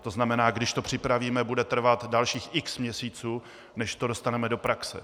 To znamená, když to připravíme, bude trvat dalších x měsíců, než to dostaneme do praxe.